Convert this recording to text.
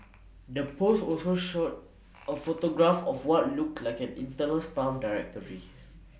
the post also short A photograph of what looked like an internal staff directory